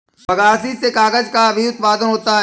बगासी से कागज़ का भी उत्पादन होता है